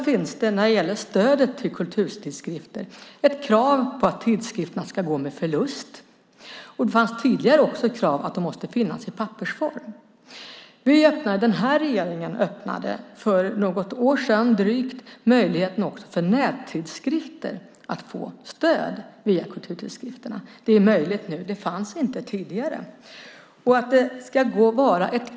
För stödet till kulturtidskrifter finns det krav på att tidskrifterna ska gå med förlust. Tidigare fanns också krav på att de måste finnas i pappersform. Den här regeringen öppnade för ett drygt år sedan möjligheten också för nättidskrifter att få stöd via Kulturrådet. Det är möjligt nu. Den möjligheten fanns inte tidigare.